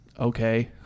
okay